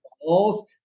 balls